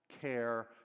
care